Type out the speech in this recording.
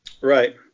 Right